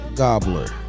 gobbler